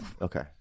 Okay